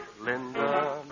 Linda